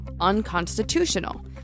unconstitutional